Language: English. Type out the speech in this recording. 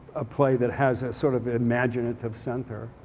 a play that has a sort of imaginative center.